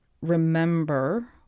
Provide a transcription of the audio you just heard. remember